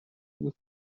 بود